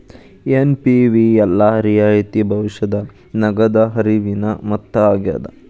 NPV ಎಲ್ಲಾ ರಿಯಾಯಿತಿ ಭವಿಷ್ಯದ ನಗದ ಹರಿವಿನ ಮೊತ್ತ ಆಗ್ಯಾದ